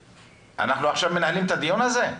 אנחנו עכשיו מנהלים את הדיון הזה?